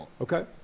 Okay